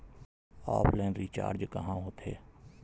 Offline recharge कहां होथे?